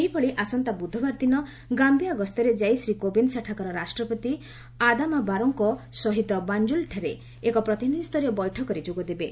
ସେହିଭଳି ଆସନ୍ତା ବୁଧବାର ଦିନ ଗାୟିଆ ଗସ୍ତରେ ଯାଇ ଶ୍ରୀ କୋବିନ୍ଦ ସେଠାକାର ରାଷ୍ଟ୍ରପତି ଆଦାମା ବାରୋଙ୍କ ସହିତ ବାଞ୍ଜୁଲ୍ଠାରେ ଏକ ପ୍ରତିନିଧିଷରୀୟ ବୈଠକରେ ଯୋଗଦେଦେବେ